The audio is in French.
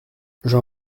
j’en